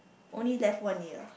only left one year